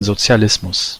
sozialismus